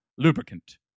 Lubricant